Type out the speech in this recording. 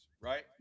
right